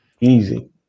Easy